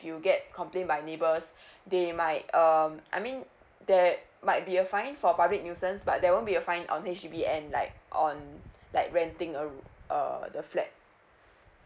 you get complain by neighbours they might um I mean there might be a fine for public nuisance but there won't be a fine on H_D_B end like on like renting a r~ err the flat